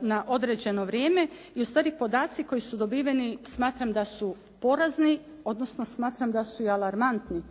na određeno vrijeme. I ustvari podaci koji su dobiveni smatram da su porazni, odnosno smatram da su i alarmantni